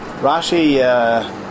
Rashi